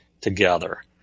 together